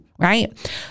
right